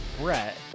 Brett